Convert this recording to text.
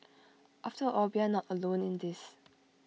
after all we are not alone in this